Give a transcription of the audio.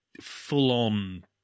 full-on